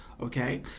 Okay